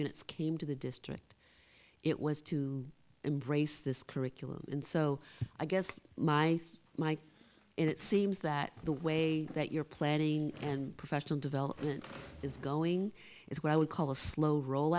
units came to the district it was to embrace this curriculum and so i guess my my it seems that the way that you're planning and professional development is going is what i would call a slow roll